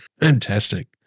Fantastic